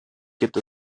gibt